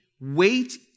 wait